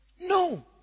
No